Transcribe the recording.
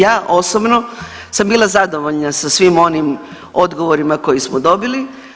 Ja osobno sam bila zadovoljna sa svim onim odgovorima koji smo dobili.